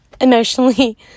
emotionally